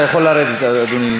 אתה יכול לרדת, אדוני.